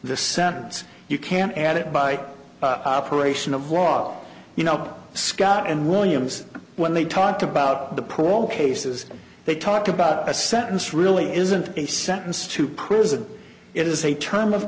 the sentence you can add it by operation of law you know scott and williams when they talked about the paul cases they talked about a sentence really isn't a sentence to prison it is a term of